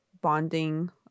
bonding